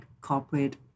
corporate